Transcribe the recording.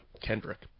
Kendrick